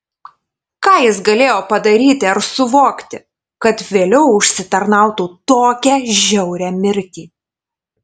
ką jis galėjo padaryti ar suvokti kad vėliau užsitarnautų tokią žiaurią mirtį